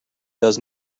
does